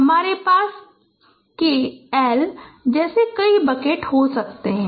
हमारे पास L जैसे कई बकेट हो सकते हैं